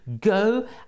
go